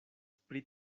pri